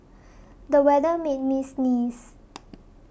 the weather made me sneeze